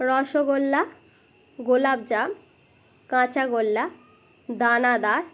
রসগোল্লা গোলাপজাম কাঁচাগোল্লা দানাদার